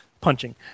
punching